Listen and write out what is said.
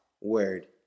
word